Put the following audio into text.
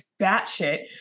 batshit